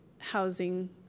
housing